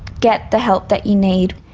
get the help that you need.